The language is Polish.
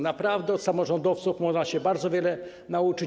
Naprawdę od samorządowców można się bardzo wiele nauczyć.